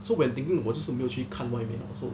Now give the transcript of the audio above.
so when thinking 我就是没有去看外面 so